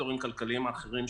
הסקטורים הכלכליים האחרים,